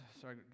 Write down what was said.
sorry